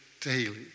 daily